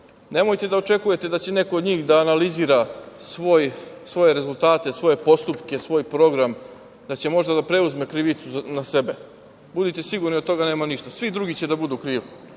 nemojte da očekujete da će neko od njih da analizira svoje rezultate, svoje postupke, svoj program, da će možda da preuzme krivicu na sebe. Budite sigurni da od toga nema ništa. Svi drugi će da budu krivi.